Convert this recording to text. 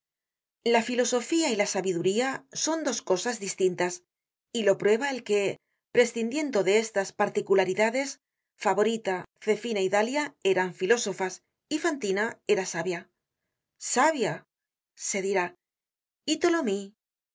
la filosofía y la sabiduría son dos cosas distintas y lo jjrueba el que prescindiendo de estas particularidades favorita zefina y dalia eran filósofas y fantina era sabia j sabia se dirá y